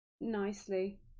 nicely